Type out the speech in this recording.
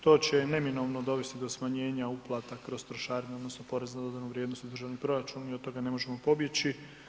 To će neminovno dovesti do smanjenja uplata kroz trošarine odnosno porez na dodatnu vrijednost u državni proračun, mi od toga ne možemo pobjeći.